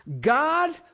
God